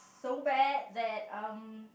so bad that um